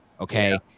Okay